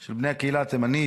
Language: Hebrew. של בני הקהילה התימנית,